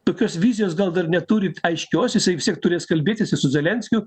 tokios vizijos gal dar neturit aiškios jisai vis tiek turės kalbėtis i su zelenskiu